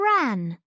ran